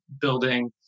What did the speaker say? building